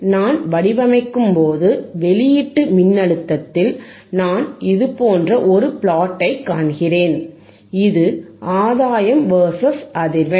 நான் வடிவமைக்கும்போது வெளியீட்டு மின்னழுத்தத்தில் நான் இது போன்ற ஒரு பிளாட்டை காண்கிறேன் இது ஆதாயம் வெர்சஸ் அதிர்வெண்